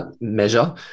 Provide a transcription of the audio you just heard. Measure